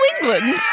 England